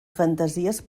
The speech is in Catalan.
fantasies